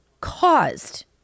Caused